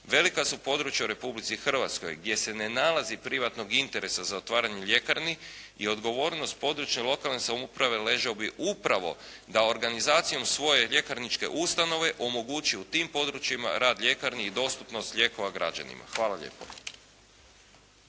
Velika su područja u Republici Hrvatskoj gdje se ne nalazi privatnog interesa za otvaranjem ljekarni je odgovornost područne i lokalne samouprave ležao bi upravo da organizacijom svoje ljekarničke ustanove omogući u tim područjima rad ljekarni i dostupnost lijekova građanima. Hvala lijepo.